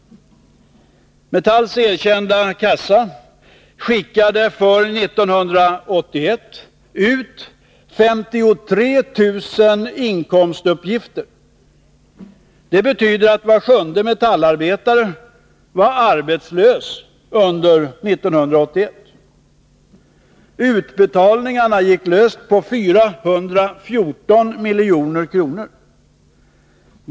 Metalls erkända kassa skickade för 1981 ut 53 000 inkomstuppgifter. Det betyder att var sjunde metallarbetare var arbetslös under 1981. Utbetalningarna gick löst på 414 milj.kr.